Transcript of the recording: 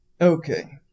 okay